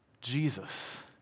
Jesus